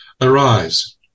Arise